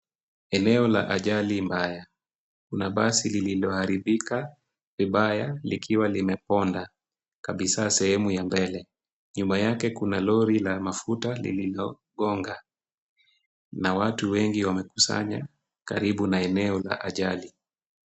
Eneo la ajali mbaya. Una basi lililo haribika, vibaya, likiwa lime ponda. Kabisa sehemu ya mbele. Nyumba yake kuna lori la mafuta lililo gonga. Na watu wengi wamekusanya karibu na eneo la ajali.